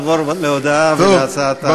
נא לעבור להודעה ולהצעת החוק.